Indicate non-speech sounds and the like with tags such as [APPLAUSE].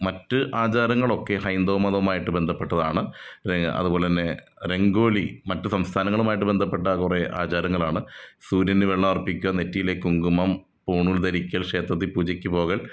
മറ്റ് ആചാരങ്ങളൊക്കെ ഹൈന്ദവ മതമായിട്ട് ബന്ധപ്പെട്ടതാണ് [UNINTELLIGIBLE] അതുപോലെ തന്നെ രങ്കോലി മറ്റ് സംസ്ഥാനങ്ങളുമായിട്ട് ബന്ധപ്പെട്ട കുറേ ആചാരങ്ങളാണ് സൂര്യന് വെള്ളം അർപ്പിക്കുക നെറ്റിയിലെ കുങ്കുമം പൂണൂൽ ധരിക്കൽ ക്ഷേത്രത്തിൽ പൂജയ്ക്ക് പോകൽ